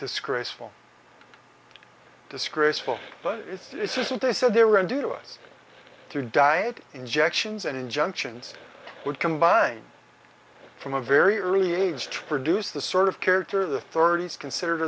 disgraceful disgraceful but it's isn't they said they were and do us through diet injections and injunctions would combine from a very early age to produce the sort of character the thirty's considered a